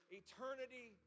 eternity